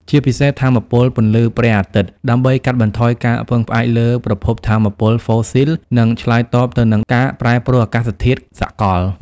ជាពិសេសថាមពលពន្លឺព្រះអាទិត្យ ដើម្បីកាត់បន្ថយការពឹងផ្អែកលើប្រភពថាមពលហ្វូស៊ីល និងឆ្លើយតបទៅនឹងការប្រែប្រួលអាកាសធាតុសកល។